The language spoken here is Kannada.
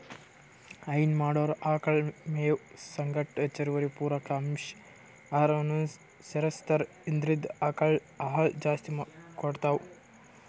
ಹೈನಾ ಮಾಡೊರ್ ಆಕಳ್ ಮೇವ್ ಸಂಗಟ್ ಹೆಚ್ಚುವರಿ ಪೂರಕ ಅಂಶ್ ಆಹಾರನೂ ಸೆರಸ್ತಾರ್ ಇದ್ರಿಂದ್ ಆಕಳ್ ಹಾಲ್ ಜಾಸ್ತಿ ಕೊಡ್ತಾವ್